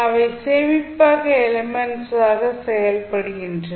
அவை சேமிப்பக எலிமெண்ட்ஸாக செயல்படுகின்றன